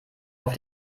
auf